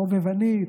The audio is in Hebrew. חובבנית,